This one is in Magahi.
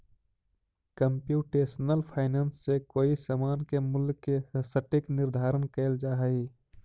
कंप्यूटेशनल फाइनेंस से कोई समान के मूल्य के सटीक निर्धारण कैल जा हई